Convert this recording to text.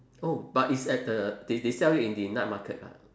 oh but it's at the they they sell it in the night market lah